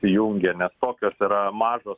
jungia nes tokios yra mažos